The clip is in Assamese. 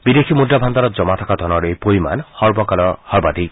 বিদেশী মুদ্ৰা ভাণ্ডাৰত জমা থকা ধনৰ এই পৰিমাণ সৰ্বকালৰ সৰ্বাধিক